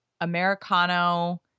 Americano